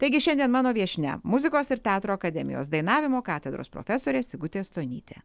taigi šiandien mano viešnia muzikos ir teatro akademijos dainavimo katedros profesorė sigutė stonytė